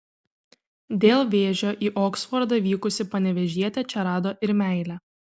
dėl vėžio į oksfordą vykusi panevėžietė čia rado ir meilę